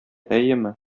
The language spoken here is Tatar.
әйеме